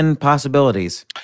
possibilities